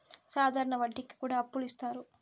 సాధారణ వడ్డీ కి కూడా అప్పులు ఇత్తారు